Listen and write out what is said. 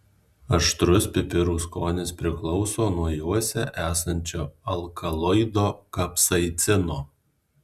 aštrus pipirų skonis priklauso nuo juose esančio alkaloido kapsaicino